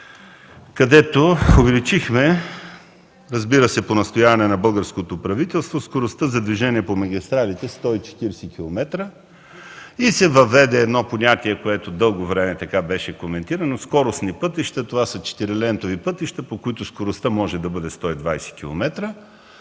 където увеличихме, разбира се по настояване на българското правителство, скоростта за движение по магистралите – 140 км, и се въведе едно понятие, което дълго време беше коментирано – „скоростни пътища” са четирилентови пътища, по които скоростта може да бъде 120